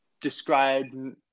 describe